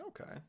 okay